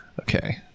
Okay